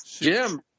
Jim